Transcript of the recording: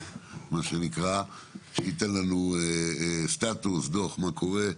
שייתן לנו סטטוס לגבי המצב.